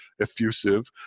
effusive